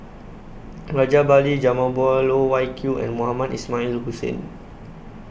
Rajabali Jumabhoy Loh Wai Kiew and Mohamed Ismail Hussain